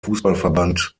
fußballverband